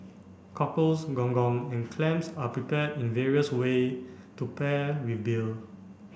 cockles gong gong and clams are prepared in various way to pair with beer